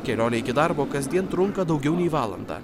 kelionė iki darbo kasdien trunka daugiau nei valandą